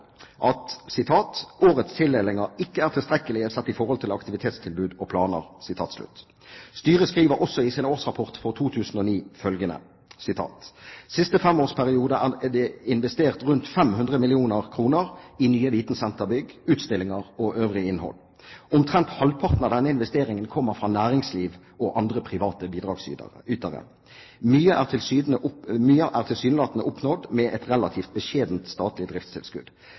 at «årets tildelinger ikke er tilstrekkelige sett i forhold til vitensentrenes aktivitetstilbud og planer». Styret skriver også i sin årsrapport for 2009 følgende: «Siste 5-års periode er det investert rundt 500 mio. kr. i nye vitensenterbygg, utstillinger og øvrig innhold. Omtrent halvparten av denne investeringen kommer fra næringslivet og andre private bidragsytere. Mye er tilsynelatende oppnådd med et relativt beskjedent statlig driftstilskudd.